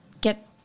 get